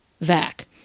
vac